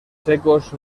secos